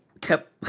kept